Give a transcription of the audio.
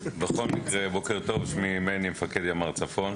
בוקר טוב, שמי מני, מפקד ימ"ר צפון.